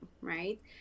right